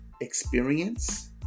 experience